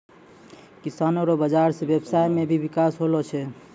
किसानो रो बाजार से व्यबसाय मे भी बिकास होलो छै